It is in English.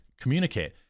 communicate